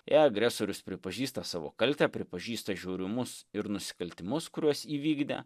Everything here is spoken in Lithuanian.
jei agresorius pripažįsta savo kaltę pripažįsta žiaurumus ir nusikaltimus kuriuos įvykdė